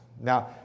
Now